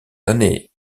années